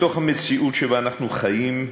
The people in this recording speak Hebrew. בתוך המציאות שבה אנחנו חיים,